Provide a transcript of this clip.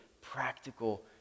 practical